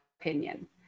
opinion